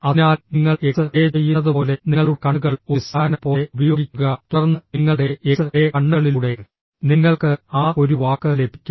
അതിനാൽ നിങ്ങൾ X ray ചെയ്യുന്നതുപോലെ നിങ്ങളുടെ കണ്ണുകൾ ഒരു സ്കാനർ പോലെ ഉപയോഗിക്കുക തുടർന്ന് നിങ്ങളുടെ എക്സ് റേ കണ്ണുകളിലൂടെ നിങ്ങൾക്ക് ആ ഒരു വാക്ക് ലഭിക്കും